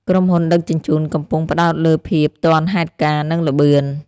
ក្រុមហ៊ុនដឹកជញ្ជូនកំពុងផ្តោតលើភាពទាន់ហេតុការណ៍និងល្បឿន។